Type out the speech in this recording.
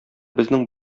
безнең